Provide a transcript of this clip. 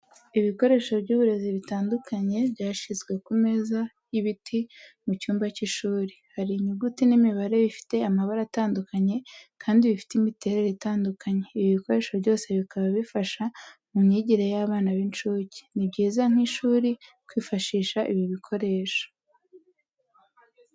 Ibikoresho by'uburezi bitandukanye byashyizwe ku meza y'ibiti mu cyumba cy'ishuri. Hari inyuguti n'imibare bifite amabara atandukanye kandi bifite imiterere itandukanye, ibi bikoresho byose bikaba bifasha mu myigire y'abana b'incuke. Ni byiza nk'ishuri kwifashisha ibi bikoresho.